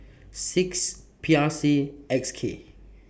six P R C X K